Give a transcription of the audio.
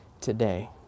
today